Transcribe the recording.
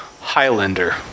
Highlander